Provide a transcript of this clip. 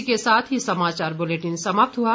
इसी के साथ ये समाचार बुलेटिन समाप्त हुआ